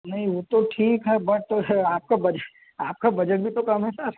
नहीं वो तो ठीक है बट आपका बजट आपका बजट भी तो कम है ना